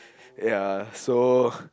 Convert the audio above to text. ya so